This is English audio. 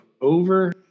over